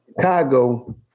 Chicago